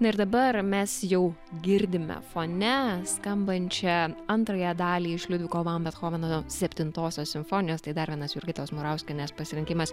na ir dabar mes jau girdime fone skambančią antrąją dalį iš liudviko van bethoveno septintosios simfonijos tai dar vienas jurgitos murauskienės pasirinkimas